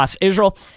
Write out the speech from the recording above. Israel